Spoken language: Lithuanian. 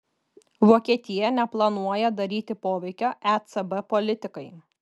vokietija neplanuoja daryti poveikio ecb politikai